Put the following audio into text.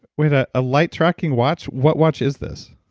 wait. a ah light-tracking watch? what watch is this?